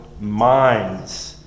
minds